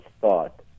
thought